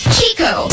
Chico